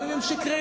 גם אם הן שקריות,